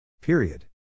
Period